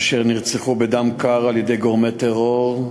אשר נרצחו בדם קר על-ידי גורמי טרור,